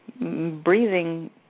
breathing